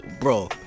bro